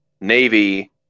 Navy